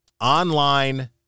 Online